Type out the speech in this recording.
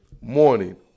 morning